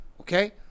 Okay